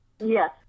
Yes